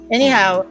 Anyhow